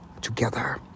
together